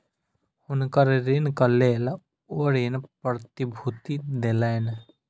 हुनकर ऋणक लेल ओ ऋण प्रतिभूति देलैन